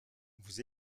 vous